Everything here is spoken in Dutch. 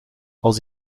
als